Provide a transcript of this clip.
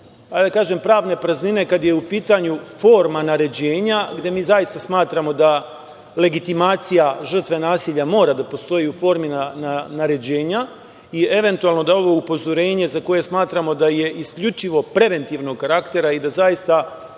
pravne praznine, kada je u pitanju forma naređenja, gde mi zaista smatramo da legitimacija žrtve nasilja mora da postoji u formi naređenja, i eventualno, da ovo upozorenje za koje smatramo da je isključivo preventivnog karaktera i da zaista